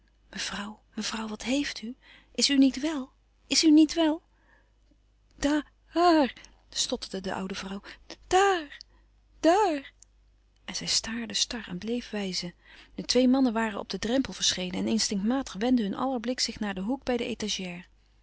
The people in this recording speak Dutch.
mevrouw wat heeft u is u niet wel is u niet wel daa àar stotterde de oude vrouw daàr dààr en zij staarde star en bleef wijzen de twee mannen waren op den drempel verschenen en instinctmatig wendde hun aller blik zich naar den hoek bij de étagère